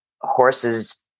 horses